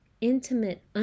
intimate